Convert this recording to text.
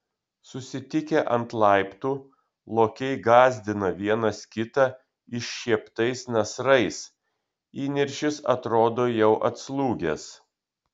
susitikę ant laiptų lokiai gąsdina vienas kitą iššieptais nasrais įniršis atrodo jau atslūgęs